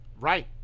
right